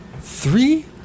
Three